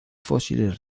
fósiles